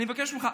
אני מבקש ממך,